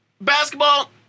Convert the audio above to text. Basketball